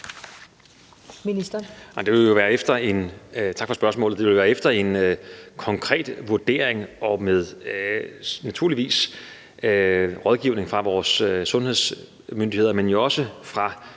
Tak for spørgsmålet. Det vil være efter en konkret vurdering og naturligvis med rådgivning fra vores sundhedsmyndigheder, men jo også fra